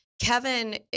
Kevin